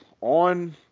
on